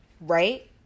Right